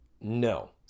no